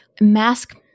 Mask